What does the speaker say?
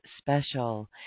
special